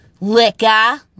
Liquor